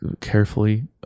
carefully